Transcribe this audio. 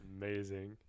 Amazing